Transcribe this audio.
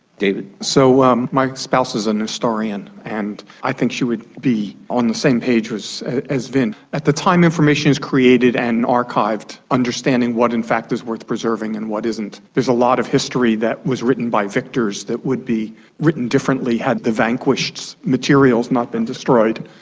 so um my spouse is an historian and i think she would be on the same page as vint. at the time information is created and archived, understanding what in fact is worth preserving and what isn't, there's a lot of history that was written by victors that would be written differently had the vanquished' materials not been destroyed.